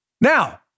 Now